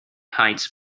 heights